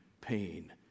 pain